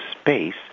space